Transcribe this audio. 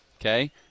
okay